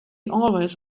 always